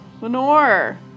Lenore